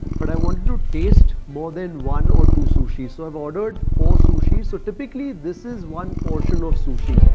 but i wanted to taste more than one or two sushis. so i've ordered. four sushis. so, typically this is one portion of sushi.